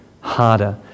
harder